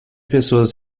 pessoas